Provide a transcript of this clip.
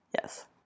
Yes